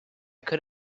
could